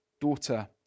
daughter